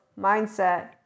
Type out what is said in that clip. mindset